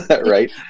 right